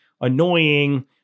annoying